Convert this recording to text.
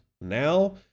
Now